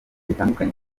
bitandukanye